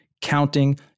counting